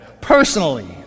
Personally